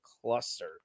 cluster